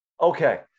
Okay